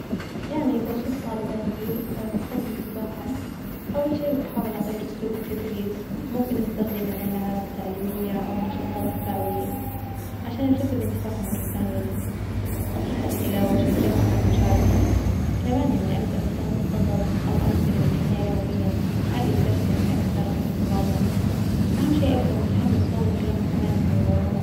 يعني إذا شفت طالباتي فقدوا إنتباههم أول شي بحاول أغير أسلوب التدريس، ممكن أستخدم يعني ألعاب تعليمية أو نشاطات تفاعلية عشان أجذب إنتباههم مرة ثانية لي، أطرح أسئلة وأشجعهم على المشاركة، كمان يعني أجدر أستخدم قصص أو أمثلة من الحياة اليومية تخلي الدرس يعني أكثر إرتباطا، أهم شي أبجى متحمس وأظهر لهم حماسي للموظوع.